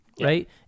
right